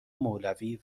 مولوی